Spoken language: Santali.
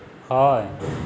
ᱦᱳᱭ